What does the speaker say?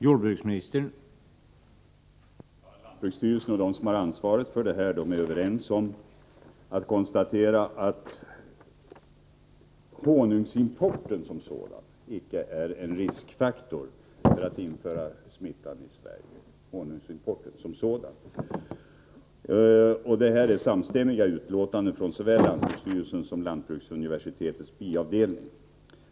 Herr talman! Lantbruksstyrelsen och de som har ansvaret för detta område är överens om att honungsimporten som sådan icke innebär någon risk för införande av smitta till Sverige. Detta är ett samstämmigt utlåtande från såväl lantbruksstyrelsen som lantbruksuniversitetets biavdelning.